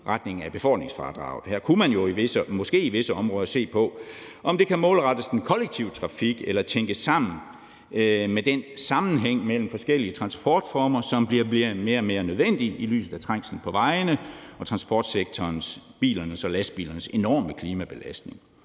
indretning af befordringsfradraget. Her kunne man måske i visse områder se på, om det kunne målrettes den kollektive trafik eller tænkes sammen med den sammenhæng mellem forskellige transportformer, som bliver mere og mere nødvendig i lyset af trængslen på vejene og transportsektorens, bilernes og lastbilernes, enorme klimabelastning.